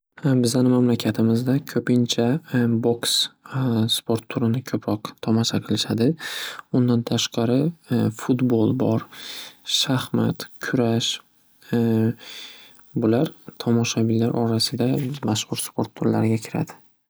Bizani mamlakatimizda ko'pincha boks sport turini ko'proq tomosha qilishadi. Undan tashqari fudbol bor, shaxmat, kurash bular tomoshabinlar orasida mashxur sport turlariga kiradi.